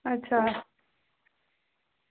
अच्छा